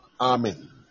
amen